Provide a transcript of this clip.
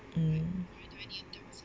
mm